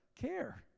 Care